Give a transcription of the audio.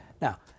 Now